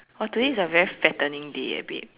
oh today is a very fattening day eh babe